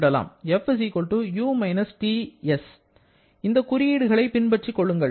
F U −TS இந்த குறியீடுகளை பின் பற்றிக் கொள்ளுங்கள்